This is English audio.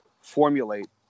formulate